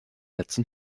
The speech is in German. letzten